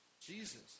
Jesus